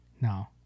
No